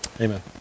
amen